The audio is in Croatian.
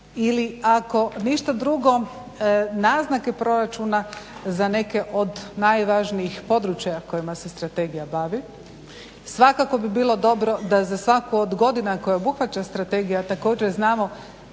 ili ako ništa drugo naznake proračuna za neke od najvažnijih područja kojima se strategija bavi. Svakako bi bilo dobro da za svaku od godina koju obuhvaća strategija također znamo